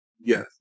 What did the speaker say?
Yes